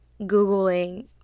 Googling